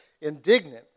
Indignant